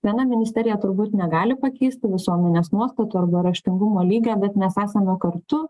viena ministerija turbūt negali pakeist visuomenės nuostatų arba raštingumo lygio bet mes esame kartu